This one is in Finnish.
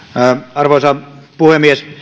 arvoisa puhemies